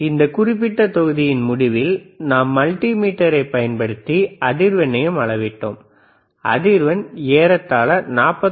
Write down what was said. அந்த குறிப்பிட்ட தொகுதியின் முடிவில் நாம் மல்டி மீட்டரை பயன்படுத்தி அதிர்வெண்ணெயும் அளவிட்டோம் அதிர்வெண் ஏறத்தாழ 49